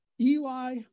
Eli